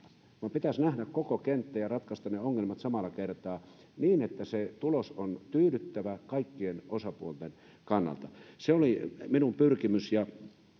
pitäisi nähdä koko kenttä ja ratkaista ne ongelmat samalla kertaa niin että se tulos on tyydyttävä kaikkien osapuolten kannalta se oli minun pyrkimykseni ja